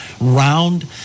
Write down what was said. round